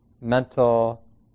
mental